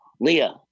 Leah